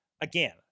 again